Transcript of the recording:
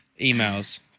Emails